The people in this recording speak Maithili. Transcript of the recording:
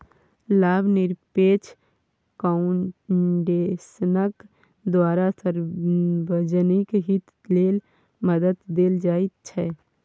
लाभनिरपेक्ष फाउन्डेशनक द्वारा सार्वजनिक हित लेल मदद देल जाइत छै